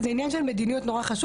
זה עניין של מדיניות והוא נורא חשוב.